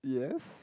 yes